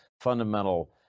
fundamental